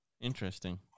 Interesting